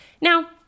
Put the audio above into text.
Now